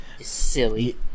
Silly